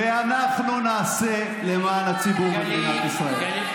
ואנחנו נעשה למען הציבור במדינת ישראל.